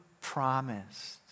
promised